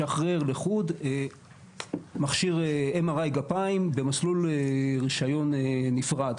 לשחרר לחוד מכשיר MRI גפיים במסלול רישיון נפרד.